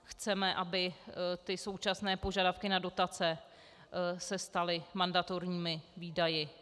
Chceme, aby současné požadavky na dotace se staly mandatorními výdaji.